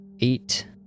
Eight